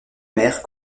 mère